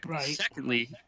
Secondly